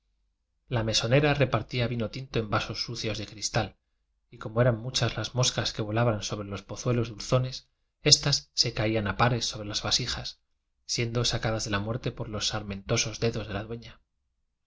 la mesonera repartía vino tinto en vasos sucios de cristal y como eran muchas las moscas que volaban sobre los pozuelos dulzones éstas se caían a pares sobre las vasijas siendo sacadas de la muerte por los sarmentosos dedos de la dueña